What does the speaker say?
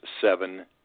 seven